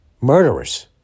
murderers